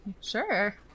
Sure